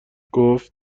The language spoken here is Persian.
گفت